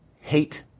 hate